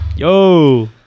yo